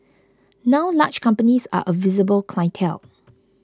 now large companies are a visible clientele